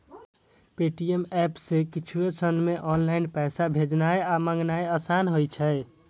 Paytm app सं किछुए क्षण मे ऑनलाइन पैसा भेजनाय आ मंगेनाय आसान होइ छै